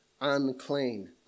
unclean